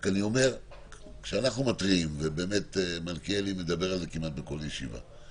אני אומר שאנחנו מתריעים ומלכיאלי מדבר על זה כמעט בכל ישיבה.